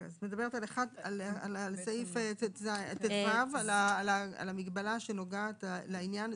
את מדברת על סעיף טו, על המגבלה שנוגעת לעניין.